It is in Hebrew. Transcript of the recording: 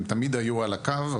הם תמיד היו על הקו,